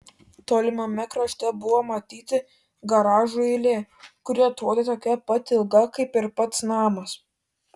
tolimame krašte buvo matyti garažų eilė kuri atrodė tokia pat ilga kaip ir pats namas